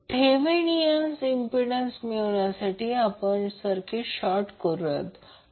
Thevenin impedance मिळविण्यासाठी आपण circuit short करूया